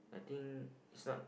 I think it's not